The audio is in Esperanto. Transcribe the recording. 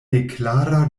neklara